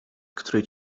który